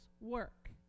work